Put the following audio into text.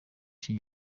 iki